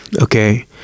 okay